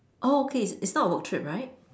oh okay it's it's not a work trip right